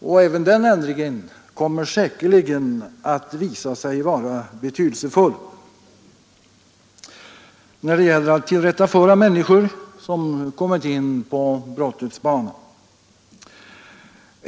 Också den ändringen kommer säkerligen att visa sig betydelsefull när det gäller att tillrättaföra människor som kommit in på brottets bana.